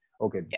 Okay